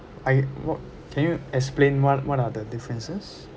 I wha~ can you explain what what are the differences